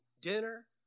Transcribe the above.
dinner